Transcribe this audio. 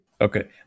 Okay